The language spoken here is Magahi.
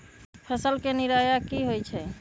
फसल के निराया की होइ छई?